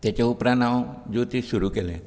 तेचे उपरांत हांव ज्योतीश सुरू केलें